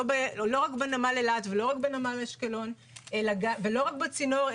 לא רק בנמל אילת ולא רק בנמל אשקלון ולא רק בצינור,